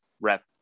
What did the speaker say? rep